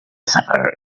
sufferer